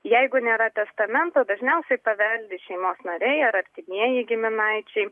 jeigu nėra testamento dažniausiai paveldi šeimos nariai ar artimieji giminaičiai